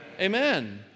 amen